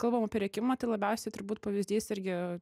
kalbam apie rėkimą tai labiausiai turbūt pavyzdys irgi